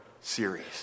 series